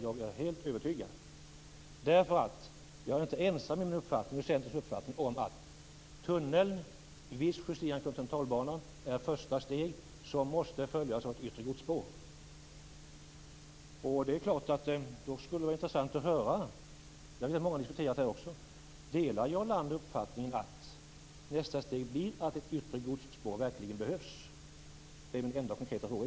Vi i Centern är nämligen inte ensamma om vår uppfattning att det första steget med en viss justering av kontinentalbanan måste följas av ett yttre godsspår. Det skulle vara intressant att höra om Jarl Lander delar uppfattningen att nästa steg blir ett yttre godsspår. Det är min enda och konkreta fråga.